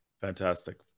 Fantastic